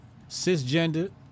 cisgender